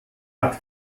hat